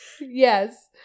Yes